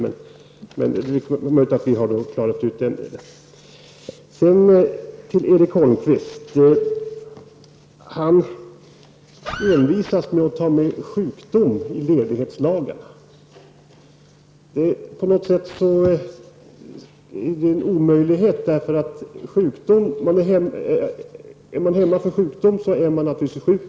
Jag hoppas att vi nu har klarat ut den saken. Erik Holmkvist envisas med att ta med sjukdom när han diskuterar ledighetslagarna. På något sätt är det en omöjlighet. Är man hemma för sjukdom, så är man naturligtvis sjuk.